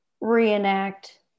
reenact